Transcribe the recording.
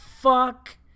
fuck